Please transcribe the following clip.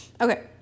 okay